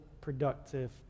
productive